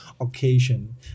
occasion